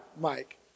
Mike